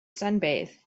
sunbathe